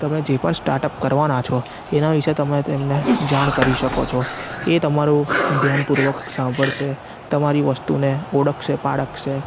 તમે જે પણ સ્ટાર્ટઅપ કરવાના છો એના વિશે તમે તેમને જાણ કરી શકો છો એ તમારું ધ્યાન પૂર્વક સાંભળશે તમારી વસ્તુને ઓળખશે પારખશે